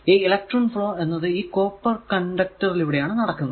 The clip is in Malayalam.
ഈ ഇലക്ട്രോൺ ഫ്ലോ എന്നത് ഈ കോപ്പർ കണ്ടക്ടർ ലൂടെയാണ് നടക്കുന്നത്